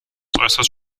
äußerst